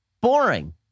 boring